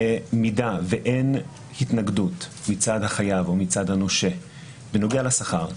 שבמידה ואין התנגדות מצד החייב או מצד הנושה בנוגע לשכר,